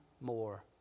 more